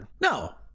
No